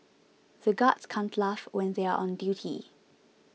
the guards can't laugh when they are on duty